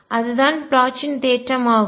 அதுதான் ப்ளாச்சின் தேற்றம் ஆகும்